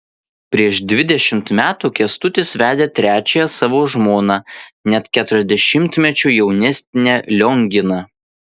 prieš dvidešimt metų kęstutis vedė trečiąją savo žmoną net keturiasdešimtmečiu jaunesnę lionginą